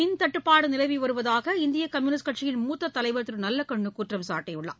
மின்தட்டுப்பாடுநிலவிவருவதாக இந்தியகம்யூனிஸ்ட் கட்சியின் தமிழகத்தில் முத்ததைவர் திருநல்லகண்ணுகுற்றம் சாட்டியுள்ளார்